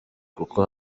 kuko